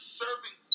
serving